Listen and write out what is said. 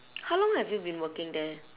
how long have you been working there